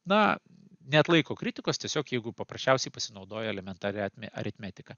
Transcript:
na neatlaiko kritikos tiesiog jeigu paprasčiausiai pasinaudoji elementaria aritmetika